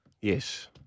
Yes